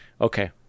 Okay